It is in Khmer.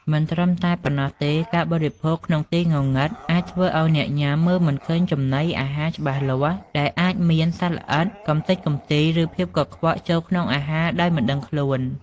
មិនត្រឹមតែប៉ុណ្ណោះទេការបរិភោគក្នុងទីងងឹតអាចធ្វើឲ្យអ្នកញ៉ាំមើលមិនឃើញចំណីអាហារច្បាស់លាស់ ដែលអាចមាន សត្វល្អិត កំទេចកំទី ឬ ភាពកខ្វក់ ចូលក្នុងអាហារដោយមិនដឹងខ្លួន ។